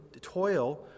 toil